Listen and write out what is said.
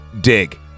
dig